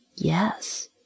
Yes